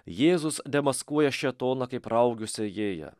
jėzus demaskuoja šėtoną kaip raugių sėjėją